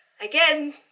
Again